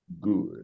Good